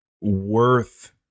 worth